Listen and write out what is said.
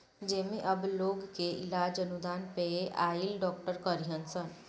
जेमे अब लोग के इलाज अनुदान पे आइल डॉक्टर करीहन सन